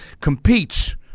competes –